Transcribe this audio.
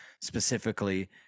specifically